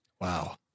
Wow